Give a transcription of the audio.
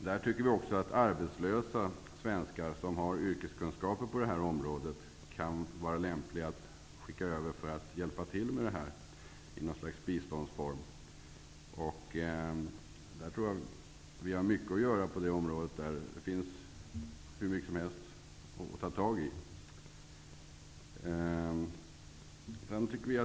Ny demokrati tycker att det kan vara lämpligt att skicka över arbetslösa svenskar med yrkeskunskaper på det här området för att hjälpa till, som en form av bistånd. Vi har mycket att göra på det området. Det finns hur mycket som helst att ta tag i.